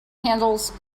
handles